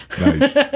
Nice